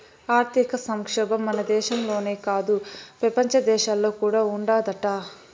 ఆర్థిక సంక్షోబం మన దేశంలోనే కాదు, పెపంచ దేశాల్లో కూడా ఉండాదట